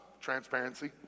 Transparency